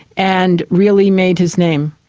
and really made his name.